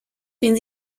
den